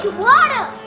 water!